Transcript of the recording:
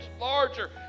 larger